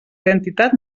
identitat